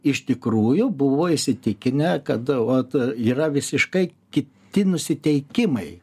iš tikrųjų buvo įsitikinę kad vat yra visiškai kiti nusiteikimai